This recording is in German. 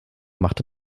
machte